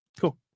cool